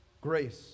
Grace